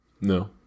No